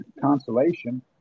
consolation